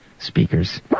speakers